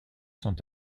sont